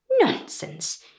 Nonsense